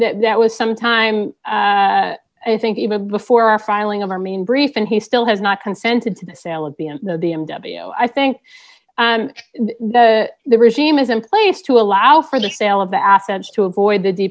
that was sometime i think even before our filing of our main brief and he still has not consented to the sale of b m b m w i think that the regime is in place to allow for the sale of the assets to avoid the